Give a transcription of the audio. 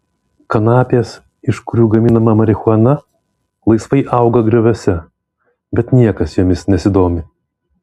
kanapės iš kurių gaminama marihuana laisvai auga grioviuose bet niekas jomis nesidomi